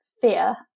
fear